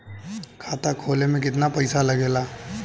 खाता खोले में कितना पईसा लगेला?